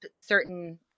certain